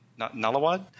Nalawad